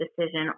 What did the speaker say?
decision